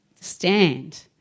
stand